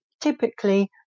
typically